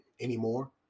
anymore